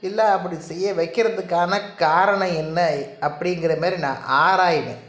இல்லை அப்படி செய்ய வைக்கிறதுக்கான காரணம் என்ன அப்படிங்கிற மாரி நான் ஆராய்வேன்